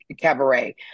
cabaret